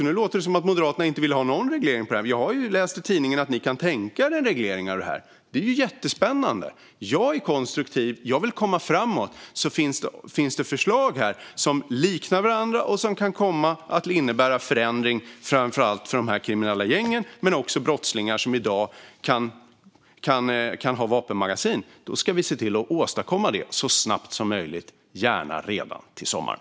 Nu låter det som att Moderaterna inte vill ha någon reglering alls av det här, men jag har läst i tidningen att ni kan tänka er en reglering av det här. Det är jättespännande! Jag är konstruktiv och vill komma framåt. Finns det förslag som liknar varandra och kan komma att innebära förändring framför allt för de kriminella gängen och brottslingar som i dag kan ha vapenmagasin ska vi se till att åstadkomma det så snabbt som möjligt, gärna redan till sommaren.